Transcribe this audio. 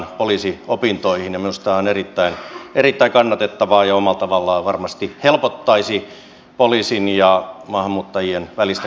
minusta se on erittäin kannatettavaa ja omalla tavallaan varmasti helpottaisi poliisin ja maahanmuuttajien välistä kanssakäymistä